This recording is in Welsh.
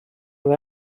oedd